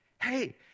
Hey